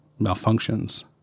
malfunctions